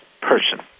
person